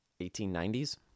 1890s